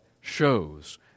shows